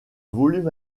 volume